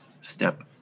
step